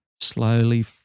slowly